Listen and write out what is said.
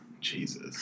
Jesus